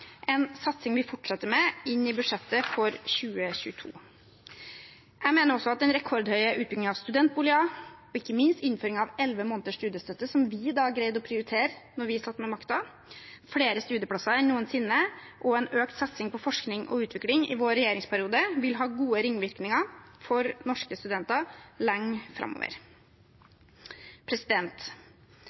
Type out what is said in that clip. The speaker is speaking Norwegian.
en satsing vi fortsetter med i budsjettet for 2022. Jeg mener også at den rekordhøye utbyggingen av studentboliger, innføring av elleve måneders studiestøtte – som vi greide å prioritere da vi satt med makten – flere studieplasser enn noensinne og en økt satsing på forskning og utvikling i vår regjeringsperiode vil ha gode ringvirkninger for norske studenter lenge framover.